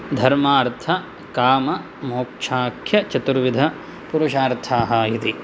धर्मार्थ काममोक्षाख्यचतुर्विध पुरुषार्थाः इति